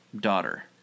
daughter